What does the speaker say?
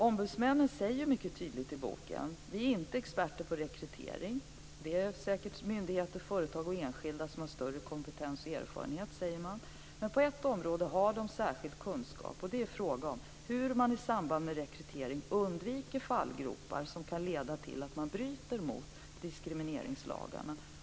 Ombudsmännen säger mycket tydligt i handboken att de inte är experter på rekrytering, utan att myndigheter, företag och enskilda säkert har större kompetens och erfarenhet. Men på ett område har de särskild kunskap, och det är i fråga om hur man i samband med rekrytering undviker fallgropar som kan leda till att man bryter mot diskrimineringslagarna.